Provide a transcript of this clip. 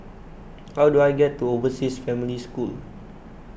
how do I get to Overseas Family School